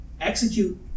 execute